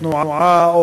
עבירות תנועה,